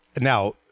Now